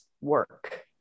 work